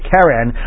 Karen